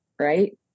right